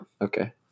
okay